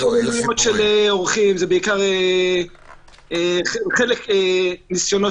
יש בעיות משמעותיות, חלק משמעת